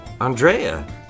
Andrea